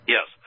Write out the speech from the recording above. Yes